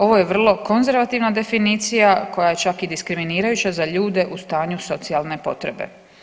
Ovo je vrlo konzervativna definicija koja je čak i diskriminirajuća za ljude u stanju socijalne potrebe.